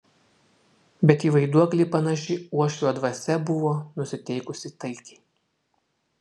bet į vaiduoklį panaši uošvio dvasia buvo nusiteikusi taikiai